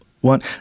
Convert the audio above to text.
one